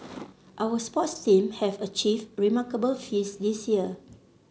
our sports team have achieved remarkable feats this year